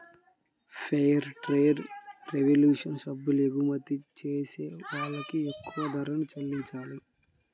fair trade revolution సభ్యులు ఎగుమతి చేసే వాళ్ళకి ఎక్కువ ధరల్ని చెల్లిత్తారు